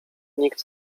nikt